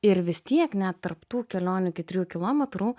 ir vis tiek net tarp tų kelionių iki trijų kilometrų